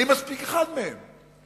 לי מספיקה אחת מהן.